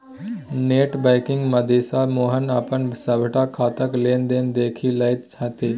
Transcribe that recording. net बैंकिंगक मददिसँ मोहन अपन सभटा खाताक लेन देन देखि लैत छथि